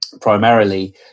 primarily